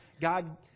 God